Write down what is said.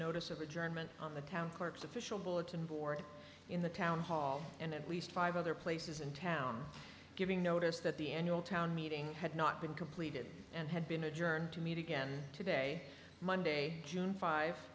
notice of adjournment on the town clerk's official bulletin board in the town hall and at least five other places in town giving notice that the annual town meeting had not been completed and had been adjourned to meet again today monday june five